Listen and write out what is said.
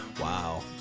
Wow